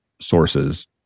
sources